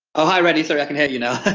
oh hi reni sorry i can hear you now.